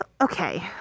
Okay